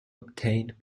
obtained